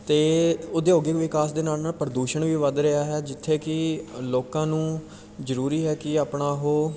ਅਤੇ ਉਦਯੋਗਿਕ ਵਿਕਾਸ ਦੇ ਨਾਲ ਨਾਲ ਪ੍ਰਦੂਸ਼ਣ ਵੀ ਵੱਧ ਰਿਹਾ ਹੈ ਜਿੱਥੇ ਕਿ ਲੋਕਾਂ ਨੂੰ ਜ਼ਰੂਰੀ ਹੈ ਕਿ ਆਪਣਾ ਉਹ